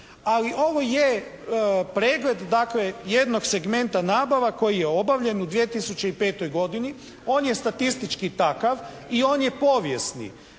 Ali ovo je pregled dakle jednog segmenta nabava koji je obavljen u 2005. godini, on je statistički takav i on je povijesni.